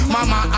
Mama